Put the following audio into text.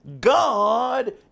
God